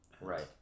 Right